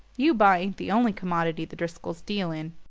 eubaw ain't the only commodity the driscolls deal in.